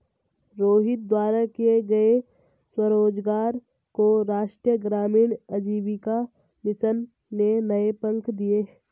रोहित द्वारा किए गए स्वरोजगार को राष्ट्रीय ग्रामीण आजीविका मिशन ने नए पंख दिए